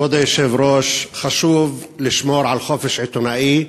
כבוד היושב-ראש, חשוב לשמור על חופש עיתונאי,